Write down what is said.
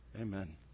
amen